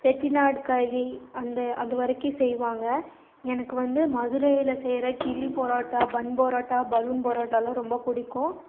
செட்டிநாடு கறி அந்த அது வரைக்கும் செய்வாங்க எனக்கு வந்து மதுரையில் செய்யுற கிழி பரோட்டா பன் பரோட்டா பலூன் பரோட்டாலாம் ரொம்ப பிடிக்கும்